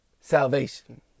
Salvation